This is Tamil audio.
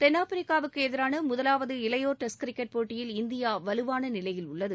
தென்னாப்பிரிக்காவுக்கு எதிரான முதலாவது இளையோர் டெஸ்ட் கிரிக்கெட் போட்டியில் இந்தியா வலுவான நிலையில் உள்ளது